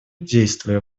действуя